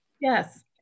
Yes